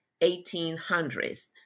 1800s